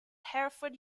hereford